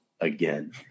again